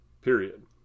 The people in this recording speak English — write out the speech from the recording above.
Period